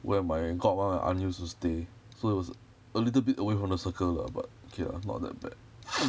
where my godma aunt used to stay so it was a little bit away from the circle lah but okay lah not that bad